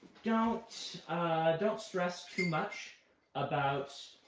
don't don't stress too much about